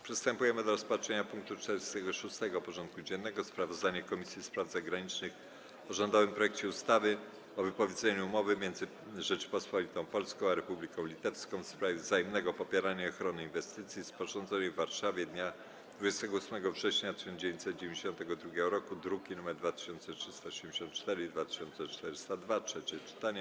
Przystępujemy do rozpatrzenia punktu 46. porządku dziennego: Sprawozdanie Komisji Spraw Zagranicznych o rządowym projekcie ustawy o wypowiedzeniu Umowy między Rzecząpospolitą Polską a Republiką Litewską w sprawie wzajemnego popierania i ochrony inwestycji, sporządzonej w Warszawie dnia 28 września 1992 r. (druki nr 2374 i 2402) - trzecie czytanie.